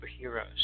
superheroes